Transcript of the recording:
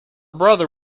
brother